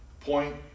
Point